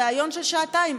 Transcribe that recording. ריאיון של שעתיים,